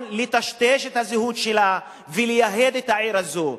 לטשטש את הזהות שלה ולייהד את העיר הזאת.